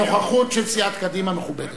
הנוכחות של סיעת קדימה מכובדת.